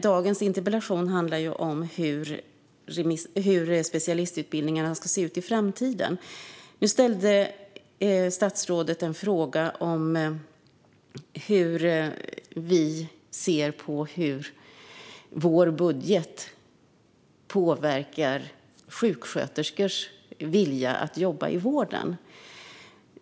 Dagens interpellation handlar om hur specialistutbildningarna ska se ut i framtiden. Nu ställde statsrådet en fråga om hur vi ser på hur vår budget påverkar sjuksköterskors vilja att jobba i vården.